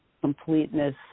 completeness